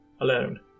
Alone